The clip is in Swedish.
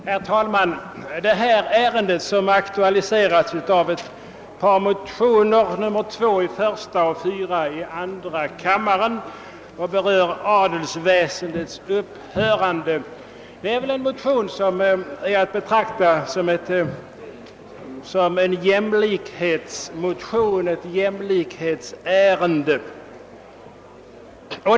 Herr talman! Detta ärende som aktualiserats i ett par motioner, I:2 och II:4, och som gäller adelsväsendets upphörande är väl att betrakta som ett jämlikhetsärende.